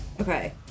Okay